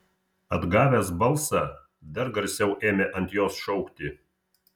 atgavęs balsą dar garsiau ėmė ant jos šaukti